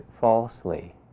falsely